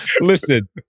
Listen